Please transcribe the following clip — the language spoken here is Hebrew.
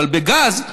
אבל בגז,